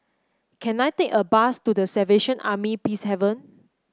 can I take a bus to The Salvation Army Peacehaven